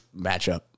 matchup